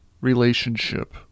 relationship